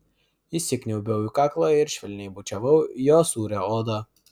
įsikniaubiau į kaklą ir švelniai bučiavau jo sūrią odą